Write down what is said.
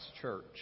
church